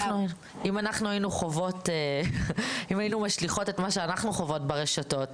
אם אנחנו היינו משליכות את מה שאנחנו חוות ברשתות,